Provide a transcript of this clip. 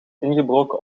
ingebroken